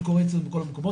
זה קורה אצלי בכל המקומות,